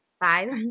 five